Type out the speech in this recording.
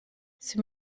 sie